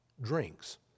drinks